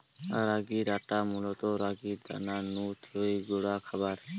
রাগির আটা মূলত রাগির দানা নু তৈরি গুঁড়া খাবার